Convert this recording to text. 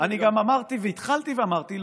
אני גם אמרתי, והתחלתי ואמרתי.